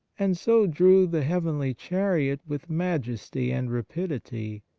and so drew the heavenly chariot with majesty and rapidity,